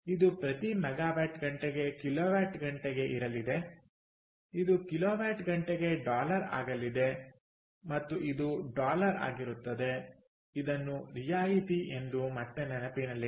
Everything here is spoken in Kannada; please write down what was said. ಇದು ಪ್ರತಿ ಮೆಗಾವ್ಯಾಟ್ ಗಂಟೆಗೆ ಕಿಲೋವ್ಯಾಟ್ ಗಂಟೆಗೆ ಇರಲಿದೆ ಇದು ಕಿಲೋವ್ಯಾಟ್ ಗಂಟೆಗೆ ಡಾಲರ್ ಆಗಲಿದೆ ಮತ್ತು ಇದು ಡಾಲರ್ ಆಗಿರುತ್ತದೆ